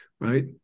Right